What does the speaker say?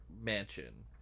mansion